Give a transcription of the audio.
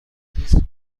زیست